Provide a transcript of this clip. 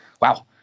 wow